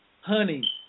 honey